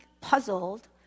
puzzled